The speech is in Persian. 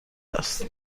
است